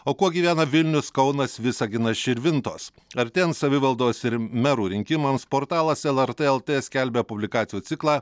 o kuo gyvena vilnius kaunas visaginas širvintos artėjant savivaldos ir merų rinkimams portalas lrt lt skelbia publikacijų ciklą